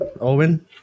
Owen